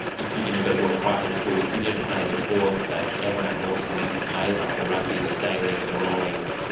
if you didn't go to a private school, if you didn't and play the sports that everyone at law school used to play, like the rugby, the sailing, the rowing,